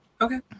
Okay